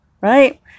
Right